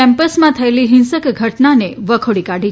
કેમ્પસમાં થયેલી હિંસક ઘટનાને વખોડી કાઢી છે